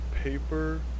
paper